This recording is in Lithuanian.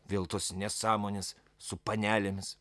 vėl tos nesąmonės su panelėmis